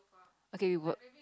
okay we work